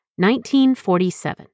1947